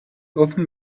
often